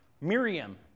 Miriam